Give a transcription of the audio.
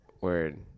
Word